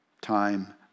Time